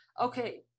okay